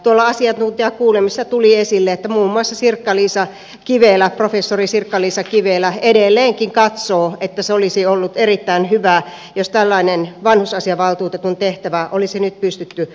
tuolla asiantuntijakuulemisessa tuli esille että muun muassa professori sirkka liisa kivelä edelleenkin katsoo että olisi ollut erittäin hyvä jos tällainen vanhus asiavaltuutetun tehtävä olisi nyt pystytty perustamaan